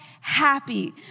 happy